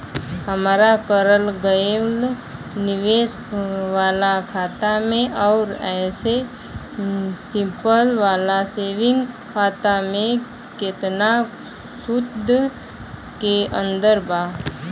हमार करल गएल निवेश वाला खाता मे आउर ऐसे सिंपल वाला सेविंग खाता मे केतना सूद के अंतर बा?